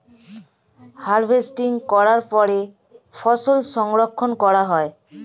harvesting করার পরে ফসল সংরক্ষণ করা হয়